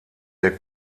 der